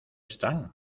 están